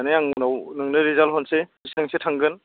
माने आं उनाव नोंनो रिजाल्ट हरनोसै बिसिबांसो थांगोन